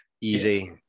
easy